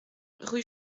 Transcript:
rue